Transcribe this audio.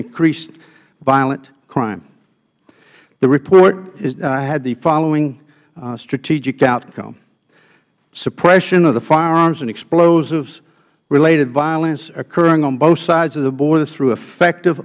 increased violent crime the report had the following strategic outcome suppression of the firearms and explosives related violence occurring on both sides of the border through effective